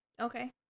Okay